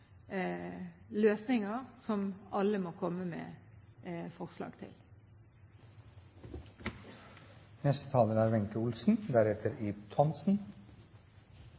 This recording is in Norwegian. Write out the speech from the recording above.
løsninger som alle må komme med forslag til.